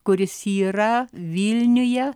kuris yra vilniuje